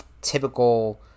typical